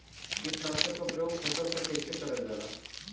कीटनाशक क प्रयोग फसल पर कइसे करल जाला?